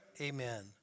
Amen